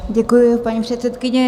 Děkuji, paní předsedkyně.